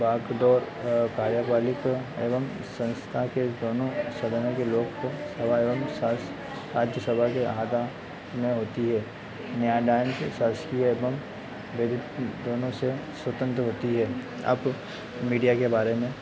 बागडोर कार्यपालिका एवं संस्था के दोनों सदनों के लोकसभा एवं सास राज्यसभा के आधार में होती है न्यायदान के शासकीय एवं दोनों से स्वतंत्र होती है अप मीडिया के बारे में